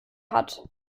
hat